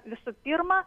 visų pirma